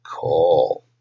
call